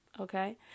Okay